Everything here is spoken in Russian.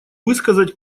высказать